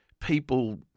people